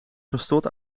gestort